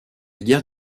guerre